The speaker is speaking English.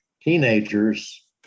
teenagers